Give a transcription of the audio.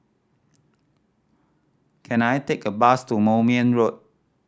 can I take a bus to Moulmein Road